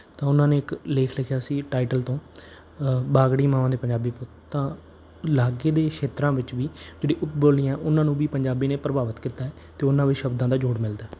ਤਾਂ ਉਹਨਾਂ ਨੇ ਇੱਕ ਲੇਖ ਲਿਖਿਆ ਸੀ ਟਾਈਟਲ ਤੋਂ ਬਾਗੜੀ ਮਾਵਾਂ ਦੇ ਪੰਜਾਬੀ ਤਾਂ ਲਾਗੇ ਦੇ ਛੇਤਰਾਂ ਵਿੱਚ ਵੀ ਜਿਹੜੀ ਉਪਬੋਲੀਆਂ ਉਹਨਾਂ ਨੂੰ ਵੀ ਪੰਜਾਬੀ ਨੇ ਪ੍ਰਭਾਵਿਤ ਕੀਤਾ ਹੈ ਅਤੇ ਉਹਨਾਂ ਵੀ ਸ਼ਬਦਾਂ ਦਾ ਜੋੜ ਮਿਲਦਾ